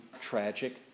tragic